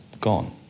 Gone